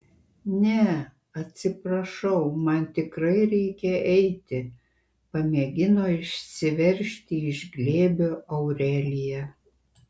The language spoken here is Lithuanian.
ne atsiprašau man tikrai reikia eiti pamėgino išsiveržti iš glėbio aurelija